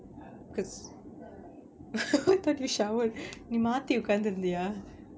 cause I thought you showered நீ மாத்தி உக்காந்திருந்தியா:nee maathi ukkaanthirunthiyaa